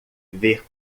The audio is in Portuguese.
ver